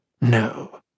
No